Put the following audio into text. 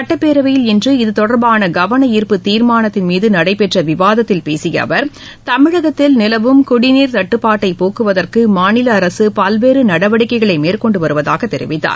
சுட்டப்பேரவையில் இன்று இதுதொடர்பான கவன ஈர்ப்பு தீர்மானத்தின் மீது நடைபெற்ற விவாதத்தில் பேசிய அவர் தமிழகத்தில் நிலவும் குடிநீர் தட்டுப்பாட்டை போக்குவதற்கு மாநில அரசு பல்வேறு நடவடிக்கைகளை மேற்கொண்டு வருவதாக தெரிவித்தார்